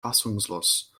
fassungslos